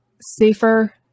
safer